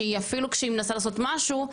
שהיא אפילו כשהיא מנסה לעשות משהו,